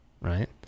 right